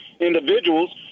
individuals